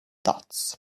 dots